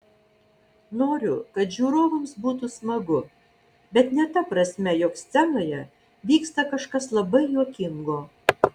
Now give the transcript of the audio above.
noriu kad žiūrovams būtų smagu bet ne ta prasme jog scenoje vyksta kažkas labai juokingo